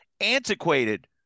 antiquated